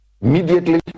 immediately